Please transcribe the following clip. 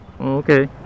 okay